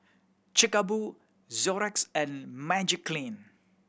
Chic a Boo Xorex and Magiclean